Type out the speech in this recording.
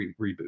reboot